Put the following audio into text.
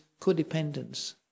codependence